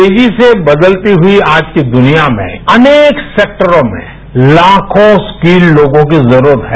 तेजी से बदलती हुई आज की दुनिया में अनेक सेक्टरों में ताखों स्किल तोगों की जरूरत है